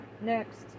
Next